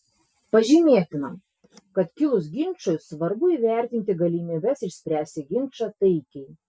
pažymėtina kad kilus ginčui svarbu įvertinti galimybes išspręsti ginčą taikiai